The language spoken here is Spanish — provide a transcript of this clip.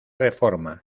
reforma